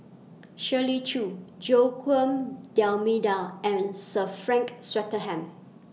Shirley Chew Joaquim D'almeida and Sir Frank Swettenham